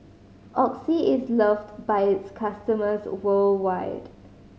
Oxy is loved by its customers worldwide